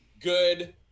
good